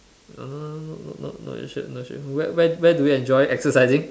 no no no no no no shit no shit where where do you enjoy exercising